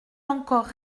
encore